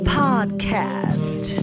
podcast